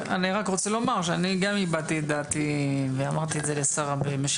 אני רק רוצה לומר שאני גם הבעתי את דעתי ואמרתי את זה לשרה במשך הדיון,